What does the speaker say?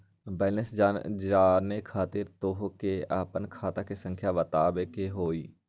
Balance जाने खातिर तोह के आपन खाता संख्या बतावे के होइ?